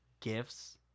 gifts